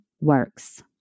works